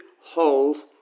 holes